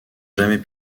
jamais